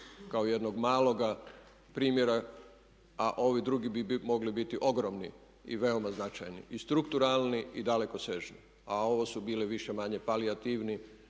kao jednog maloga primjera a ovi drugi bi mogli biti ogromni i veoma značajni i strukturalni i dalekosežni, a ovo su bili više-manje palijativni